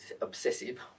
obsessive